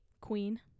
queen